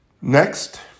Next